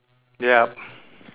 yeah